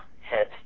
head